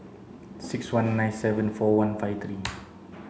six one nine seven four one five three